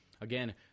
again